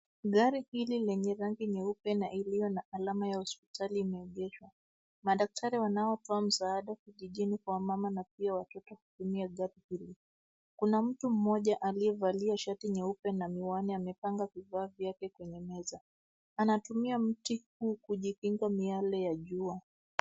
Gari hili lenye rangi nyeupe na iliyo na alama ya hospitali imeegeshwa. Madaktari wanaotoa msaada vijijini kwa wamama na pia watoto, hutumia gari hili. Kuna mtu mmoja aliyevalia shati nyeupe na miwani amepanga vifaa vyake kwenye meza. Anatumia mti huu kujikinga miale ya jua.